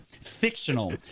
fictional